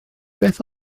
beth